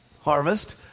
harvest